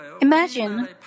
Imagine